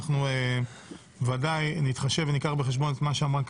אנחנו בוודאי נתחשב ניקח בחשבון את מה שאמרה